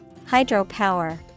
Hydropower